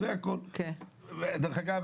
דרך אגב,